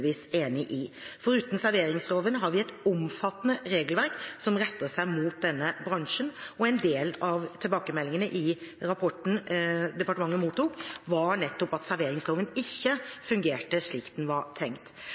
enig i. Foruten serveringsloven har vi et omfattende regelverk som retter seg mot denne bransjen, og en del av tilbakemeldingene i rapporten departementet mottok, var nettopp at serveringsloven ikke fungerte slik den var tenkt.